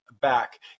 back